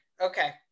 Okay